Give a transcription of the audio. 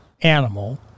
animal